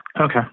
Okay